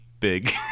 big